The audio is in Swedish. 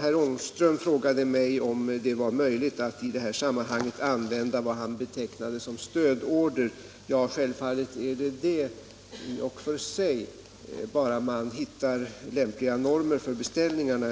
Herr Ångström frågade mig om det var möjligt att i detta sammanhang använda vad han betecknade som stödorder. Självfallet är det möjligt i och för sig — bara man hittar lämpliga normer för beställningarna.